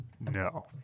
No